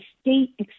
state